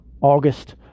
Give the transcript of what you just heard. August